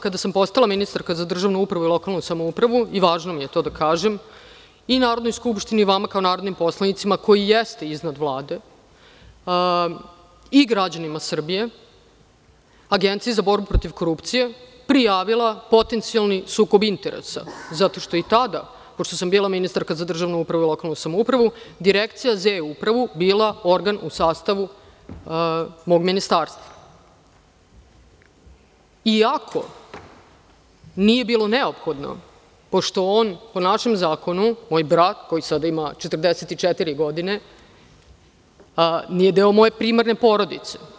Kada sam postala ministarka za državnu upravu i lokalnu samoupravu, važno mi je to da kažem, i Narodnoj skupštini i vama kao narodnim poslanicima, koji jeste iznad Vlade, i građanima Srbije i Agenciji za borbu protiv korupcije prijavila sam potencijalni sukob interesa, zato što i tada, pošto sam bila ministarka za državnu upravu i lokalnu samoupravu, Direkcija za E-upravu bila je organ u sastavu mog ministarstva, iako nije bilo neophodno pošto on, po našem zakonu, moj brat, koji sada ima 44 godine, nije deo moje primarne porodice.